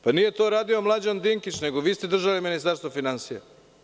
Pa nije to radio Mlađan Dinkić, nego ste vi držali Ministarstvo finansija.